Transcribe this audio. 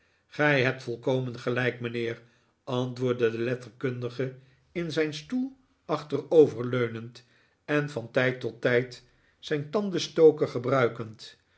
gij hebt volkomen gelijk mijnheer antwoordde de letterkundige in zijn stoel achteroverleunend en van tijd tot tijd zijn nikolaas nickleby tandenstoker gebruikend